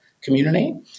community